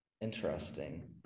Interesting